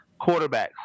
quarterbacks